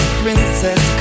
princess